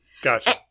gotcha